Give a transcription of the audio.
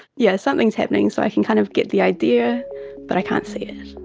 yes, something's happening, so i can kind of get the idea but i can't see it.